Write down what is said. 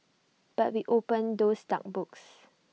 but we opened those dark books